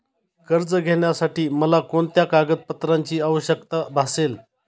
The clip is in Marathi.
कर्ज घेण्यासाठी मला कोणत्या कागदपत्रांची आवश्यकता भासेल?